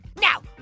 Now